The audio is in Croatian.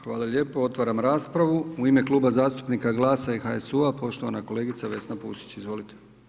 Hvala lijepo, otvaram raspravu, u ime Kluba zastupnika GLAS-a i HSU-a poštovana kolegica Vesna Pusić, izvolite.